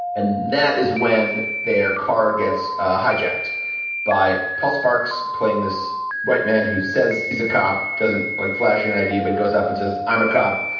and that is when their car gets hijacked by paul sparks playing. this white man who says he's a cop, doesn't like flash an idea, but goes up and says, i'm a cop.